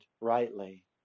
rightly